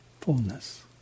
fullness